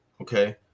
okay